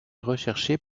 recherchés